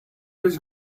his